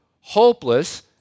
hopeless